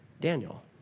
Daniel